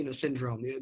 syndrome